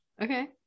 okay